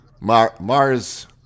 Mars